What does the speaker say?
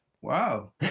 Wow